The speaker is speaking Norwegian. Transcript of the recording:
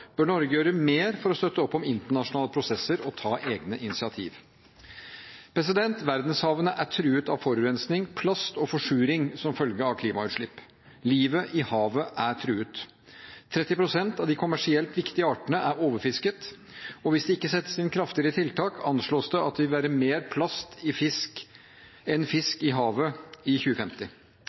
bør Norge gjøre mer for å støtte opp om internasjonale prosesser og ta egne initiativ. Verdenshavene er truet av forurensning, plast og forsuring som følge av klimautslipp. Livet i havet er truet. 30 pst. av de kommersielt viktige artene er overfisket, og hvis det ikke settes inn kraftigere tiltak, anslås det at det vil være mer plast i fisk enn fisk i havet i 2050.